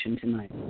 tonight